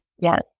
Yes